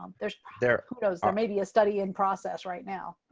um there's there's may be a study in process right now.